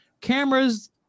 Cameras